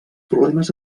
problemes